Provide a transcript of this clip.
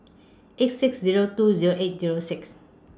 eight six Zero two Zero eight Zero six